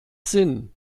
sinn